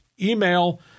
email